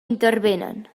intervenen